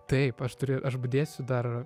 taip aš turiu aš budėsiu dar